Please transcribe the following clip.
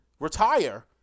retire